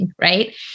Right